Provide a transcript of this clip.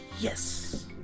Yes